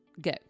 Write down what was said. Go